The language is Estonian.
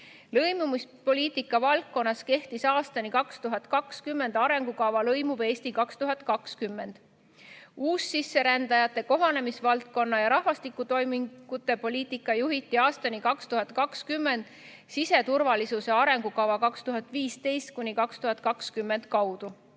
Lõimumispoliitika valdkonnas kehtis aastani 2020 arengukava "Lõimuv Eesti 2020". Uussisserändajate kohanemise valdkonna ja rahvastiku toimingute poliitikat juhiti aastani 2020 "Siseturvalisuse arengukava 2015–2020" kaudu.